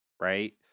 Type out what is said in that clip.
right